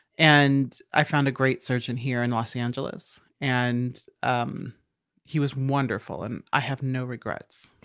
and i found a great surgeon here in los angeles. and um he was wonderful. and i have no regrets.